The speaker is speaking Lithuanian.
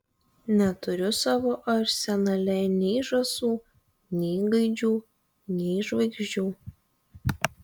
neturiu savo arsenale nei žąsų nei gaidžių nei žvaigždžių